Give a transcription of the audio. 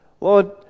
lord